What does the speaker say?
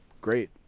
great